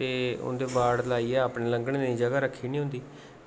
ते उं'दे बाड़ लाइयै अपने लंघने ताईं जगह् रक्खी ओड़नी होंदी